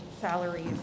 salaries